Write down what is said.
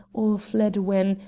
all fled when,